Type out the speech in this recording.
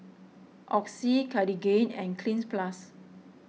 Oxy Cartigain and Cleanz Plus